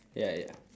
ya ya